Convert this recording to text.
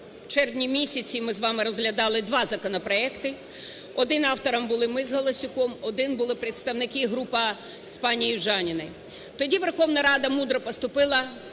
місяці ми з вами розглядали два законопроекти. Одного автором були ми з Галасюком, одного були представники група з пані Южаніною. Тоді Верховна Рада мудро поступила: